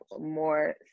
more